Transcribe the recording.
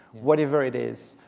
whatever it is